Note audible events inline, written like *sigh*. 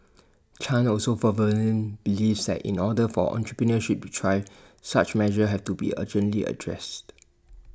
chan also *unintelligible* believes that in order for entrepreneurship to thrive such measures have to be urgently addressed